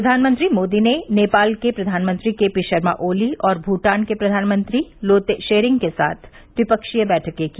प्रधानमंत्री मोदी ने नेपाल के प्रधानमंत्री के पी शर्मा ओली और भूटान के प्रधानमंत्री लोते शेरिंग के साथ भी ट्विपक्षीय बैठकें की